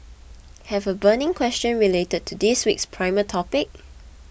have a burning question related to this week's primer topic